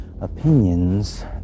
opinions